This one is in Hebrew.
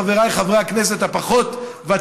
חבריי חברי הכנסת הפחות-ותיקים,